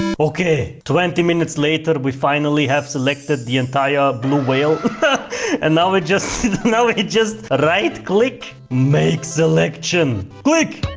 and ok, twenty minutes later we finally have selected the entire blue whale and now we just know it just right click make selection click!